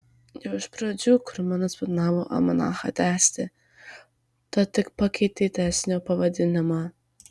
jau iš pradžių kruminas planavo almanachą tęsti tad tik pakeitė tęsinio pavadinimą